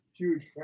Huge